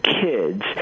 kids